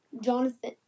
Jonathan